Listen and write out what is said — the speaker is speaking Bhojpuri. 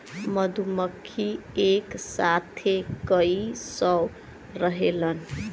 मधुमक्खी एक साथे कई सौ रहेलन